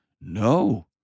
no